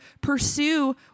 pursue